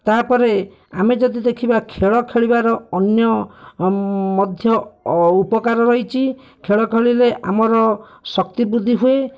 ତା'ପରେ ଆମେ ଯଦି ଦେଖିବା ଖେଳ ଖେଳିବାର ଅନ୍ୟ ମଧ୍ୟ ଉପକାର ରହିଛି ଖେଳ ଖେଳିଲେ ଆମର ଶକ୍ତି ବୃଦ୍ଧି ହୁଏ